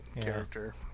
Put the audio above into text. character